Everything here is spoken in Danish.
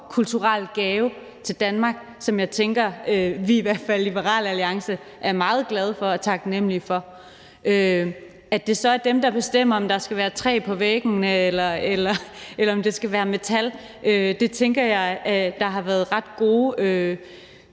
kulturel gave til Danmark, som vi i Liberal Alliance i hvert fald er meget glade for og taknemlige for. At det så er dem, der bestemmer, om der skal være træ på væggene, eller om det skal være metal, tænker jeg at der har været ret gode